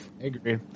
agree